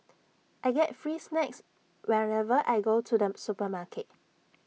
I get free snacks whenever I go to the supermarket